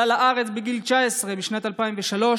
הוא עלה לארץ בגיל 19 בשנת 2003,